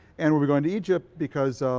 and we'll be going to egypt because